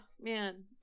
man